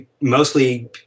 mostly